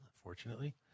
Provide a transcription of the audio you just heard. unfortunately